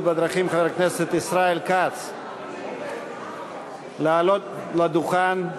בדרכים חבר הכנסת ישראל כץ לעלות לדוכן.